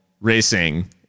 Racing